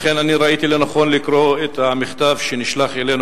לכן ראיתי לנכון לקרוא את המכתב שנשלח אלינו,